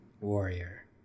Warrior